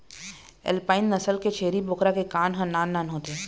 alpine नसल के छेरी बोकरा के कान ह नान नान होथे